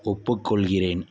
ஒப்புக் கொள்கிறேன்